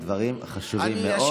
דברים חשובים מאוד.